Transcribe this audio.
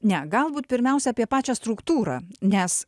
ne galbūt pirmiausia apie pačią struktūrą nes